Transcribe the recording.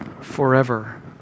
forever